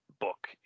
book